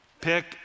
Pick